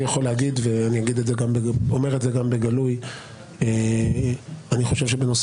אני יכול להגיד ואני אומר את זה גם בגלוי שאני חושב שבנושא